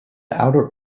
outer